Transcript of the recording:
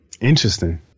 Interesting